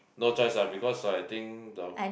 no choice ah because I think the